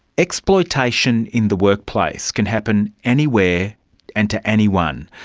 exploitation in the workplace can happen anywhere and to anyone.